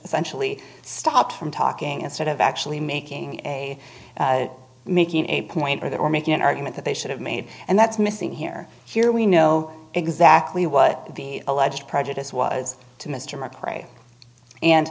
essentially stopped from talking instead of actually making a making a point where they were making an argument that they should have made and that's missing here here we know exactly what the alleged prejudice was to mr mcrae and